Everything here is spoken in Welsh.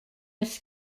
oes